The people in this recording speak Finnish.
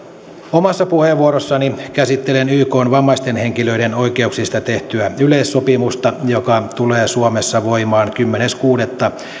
omassa puheenvuorossani käsittelen ykn vammaisten henkilöiden oikeuksista tehtyä yleissopimusta joka tulee suomessa voimaan kymmenes kuudetta